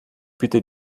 bitte